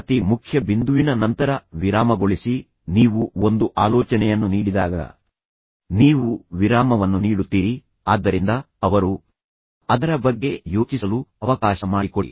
ಪ್ರತಿ ಮುಖ್ಯ ಬಿಂದುವಿನ ನಂತರ ವಿರಾಮಗೊಳಿಸಿ ನೀವು ಒಂದು ಆಲೋಚನೆಯನ್ನು ನೀಡಿದಾಗ ನೀವು ವಿರಾಮವನ್ನು ನೀಡುತ್ತೀರಿ ಆದ್ದರಿಂದ ಅವರು ಅದರ ಬಗ್ಗೆ ಯೋಚಿಸಲು ಅವಕಾಶ ಮಾಡಿಕೊಡಿ